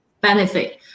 benefit